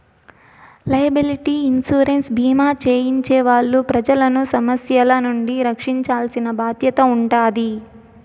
liability insurance భీమా చేయించే వాళ్ళు ప్రజలను సమస్యల నుండి రక్షించాల్సిన బాధ్యత ఉంటాది